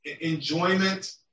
enjoyment